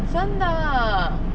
真的